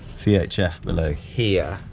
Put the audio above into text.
vhf below here,